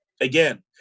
again